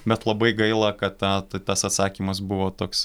bet labai gaila kad tad tas atsakymas buvo toks